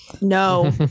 No